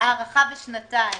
הארכה בשנתיים.